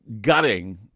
gutting